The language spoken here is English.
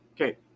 Okay